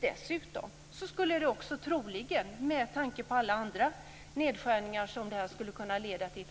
Dessutom skulle det troligen också, med tanke på alla andra nedskärningar som det skulle leda till,